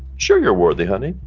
sure, you're worthy, honey.